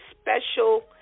special